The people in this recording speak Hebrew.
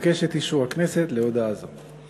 אבקש את אישור הכנסת להודעה זו.